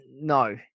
no